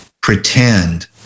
pretend